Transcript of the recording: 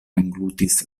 englutis